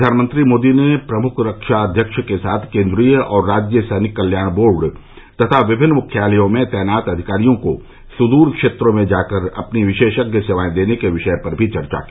प्रधानमंत्री मोदी ने प्रमुख रक्षा अध्यक्ष के साथ केन्द्रीय और राज्य सैनिक कल्याण बोर्ड तथा विभिन्न मुख्यालयों में तैनात अधिकारियों को सुदूर क्षेत्रों में जाकर अपनी विशेषज्ञ सेवाएं देने के विषय पर भी चर्चा की